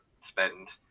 spend